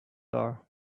are